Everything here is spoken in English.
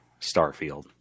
Starfield